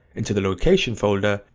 into the location folder,